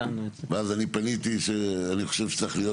ואז אני פניתי שאני חושב שצריך להיות